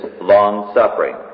long-suffering